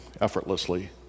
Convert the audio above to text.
effortlessly